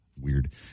Weird